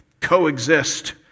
coexist